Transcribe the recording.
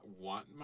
want